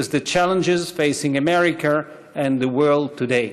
the challenges facing America and the world today.